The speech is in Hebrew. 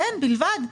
כן, בלבד.